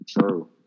True